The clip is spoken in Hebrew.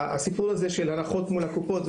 הסיפור הזה של ההנחות מול הקופות,